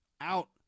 out